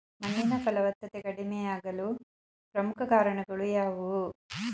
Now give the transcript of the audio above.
ಮಣ್ಣಿನ ಫಲವತ್ತತೆ ಕಡಿಮೆಯಾಗಲು ಪ್ರಮುಖ ಕಾರಣಗಳು ಯಾವುವು?